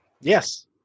yes